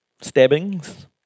stabbings